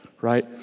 right